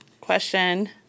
question